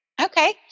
Okay